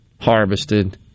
Harvested